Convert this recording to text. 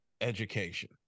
education